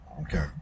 Okay